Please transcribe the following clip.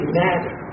matter